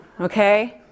okay